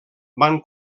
van